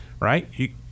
Right